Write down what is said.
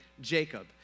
Jacob